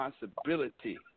responsibility